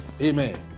amen